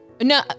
No